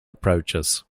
approaches